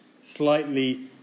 slightly